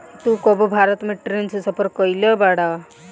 तू कबो भारत में ट्रैन से सफर कयिउल बाड़